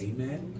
Amen